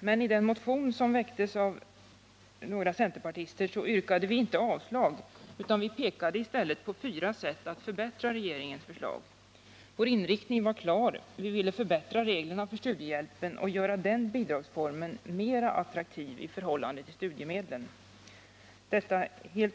Men i den motion som väcktes av några centerpartister yrkade vi inte avslag på det, utan vi pekade i stället på fyra sätt att förbättra regeringens förslag. Vår inriktning var klar: Vi ville förbättra reglerna för studiehjälpen och göra den bidragsformen mera attraktiv i förhållande till studiemedlen — detta